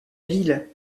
ville